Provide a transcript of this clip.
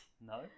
No